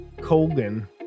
Colgan